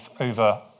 over